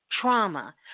trauma